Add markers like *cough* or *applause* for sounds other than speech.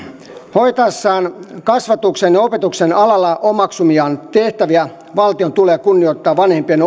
hoitaessaan kasvatuksen ja opetuksen alalla omaksumiaan tehtäviä valtion tulee kunnioittaa vanhempien *unintelligible*